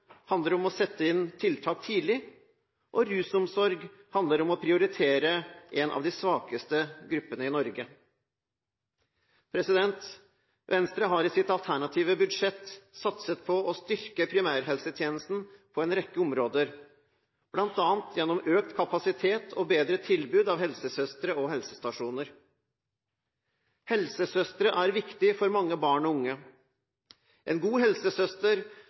handler om å sette inn tiltak tidlig, og rusomsorg handler om å prioritere en av de svakeste gruppene i Norge. Venstre har i sitt alternative budsjett satset på å styrke primærhelsetjenesten på en rekke områder, bl.a. gjennom økt kapasitet og bedre tilbud av helsesøstre og helsestasjoner. Helsesøstre er viktig for mange barn og unge. En god helsesøster